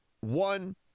One